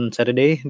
Saturday